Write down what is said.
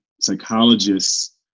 psychologists